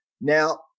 Now